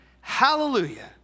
Hallelujah